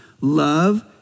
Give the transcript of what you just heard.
love